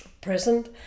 present